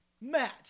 Matt